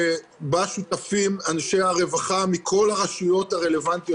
שבה שותפים אנשי הרווחה מכל הרשויות הרלוונטיות.